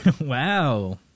Wow